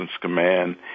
Command